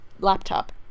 laptop